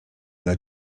dla